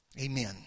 Amen